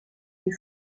une